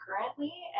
currently